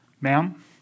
Ma'am